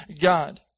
God